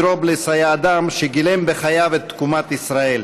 דרובלס היה אדם שגילם בחייו את תקומת ישראל.